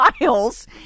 miles